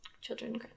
children